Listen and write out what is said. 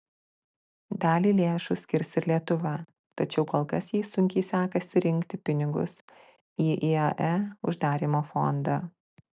dalį lėšų skirs ir lietuva tačiau kol kas jai sunkiai sekasi rinkti pinigus į iae uždarymo fondą